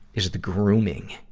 is the grooming.